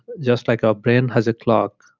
just like our brain has a clock,